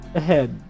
ahead